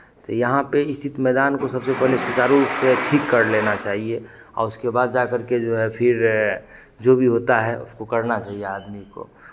तो यहाँ पे इस चीज़ मैदान को सबसे पहले सुचारू रूप से ठीक कर लेना चाहिए और उसके बाद जा करके जो है फिर जो भी होता है उसको करना चहिए आदमी को